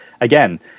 again